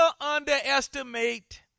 underestimate